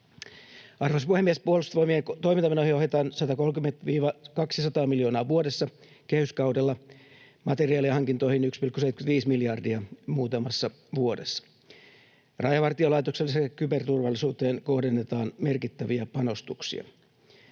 Arvoisa puhemies! Puolustusvoimien toimintamenoihin ohjataan 130—200 miljoonaa vuodessa kehyskaudella, materiaalihankintoihin 1,75 miljardia muutamassa vuodessa. Rajavartiolaitokselle sekä kyberturvallisuuteen kohdennetaan merkittäviä panostuksia.